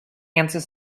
answer